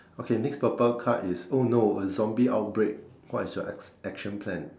okay next purple card is oh no a zombie outbreak what is your act~ action plan